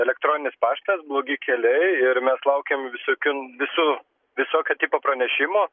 elektroninis paštas blogi keliai ir mes laukiam visokių visų visokio tipo pranešimo